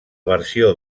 versió